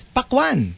Pakwan